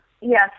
Yes